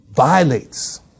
violates